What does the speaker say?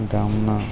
ગામના